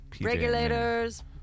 Regulators